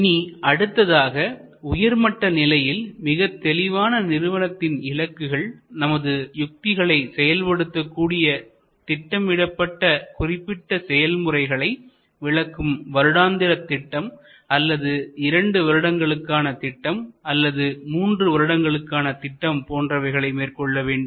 இனி அடுத்ததாக உயர்மட்ட நிலையில் மிகத் தெளிவான நிறுவனத்தின் இலக்குகள்நமது யுத்திகளை செயல்படுத்தக்கூடிய திட்டமிடப்பட்ட குறிப்பிட்ட செயல் முறைகளை விளக்கும் வருடாந்திர திட்டம் அல்லது இரண்டு வருடங்களுக்கான திட்டம் அல்லது மூன்று வருடங்களுக்கான திட்டம் போன்றவைகளை மேற்கொள்ள வேண்டும்